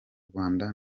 rwanda